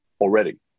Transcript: already